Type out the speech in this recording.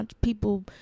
people